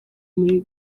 muri